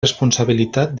responsabilitat